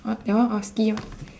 what that one obviously [what]